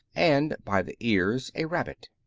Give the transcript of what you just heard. and, by the ears, a rabbit.